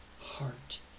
heart